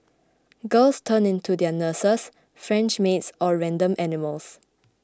girls turn into their nurses French maids or random animals